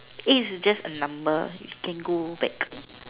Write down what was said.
age is just a number it can go back